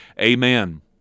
Amen